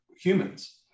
humans